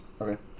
Okay